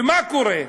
ומה קורה?